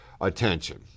attention